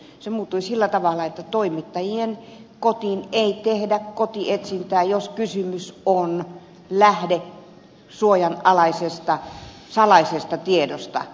se muuttui sillä tavalla että toimittajien kotiin ei tehdä kotietsintää jos kysymys on lähdesuojan alaisesta salaisesta tiedosta